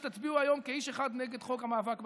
אני יודע שתצביעו היום כאיש אחד כנגד חוק המאבק בטרור.